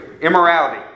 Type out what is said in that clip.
Immorality